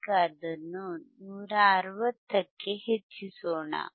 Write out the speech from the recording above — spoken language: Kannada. ಈಗ ಅದನ್ನು 160 ಕ್ಕೆ ಹೆಚ್ಚಿಸೋಣ